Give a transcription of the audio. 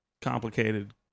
complicated